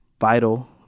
Vital